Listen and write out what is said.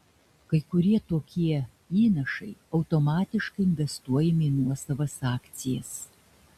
kai kurie tokie įnašai automatiškai investuojami į nuosavas akcijas